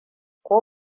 ko